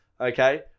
okay